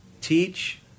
teach